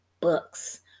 books